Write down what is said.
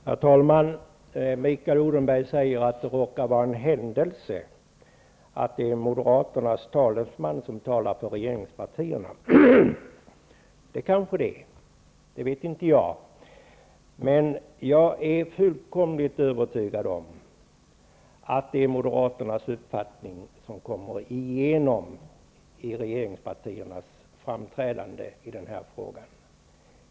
Herr talman! Mikael Odenberg säger att det råkar vara en händelse att det är Moderaternas talesman som talar för regeringpartierna. Det kanske det är. Det vet inte jag. Men jag är fullkomligt övertygad om att det är Moderaternas uppfattning som går igenom i regeringspartiernas framträdande i den här frågan.